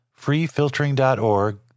FreeFiltering.org